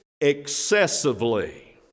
excessively